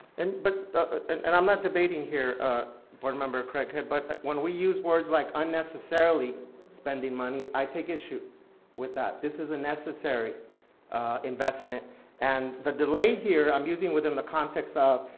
and but and i'm not debating here board member craighead, but when we use words like unnecessarily spending money, i take issue with that. this is a necessary investment and the delay here, i'm using within the context of,